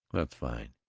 that's fine.